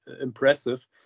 impressive